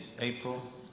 April